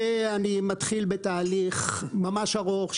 אני מתחיל בתהליך ממש ארוך.